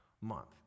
month